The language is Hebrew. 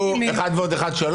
לאחר מכן יש נושא אחר